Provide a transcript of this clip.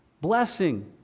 Blessing